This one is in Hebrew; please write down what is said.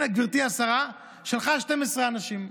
גברתי השרה, שלחה 12 אנשים.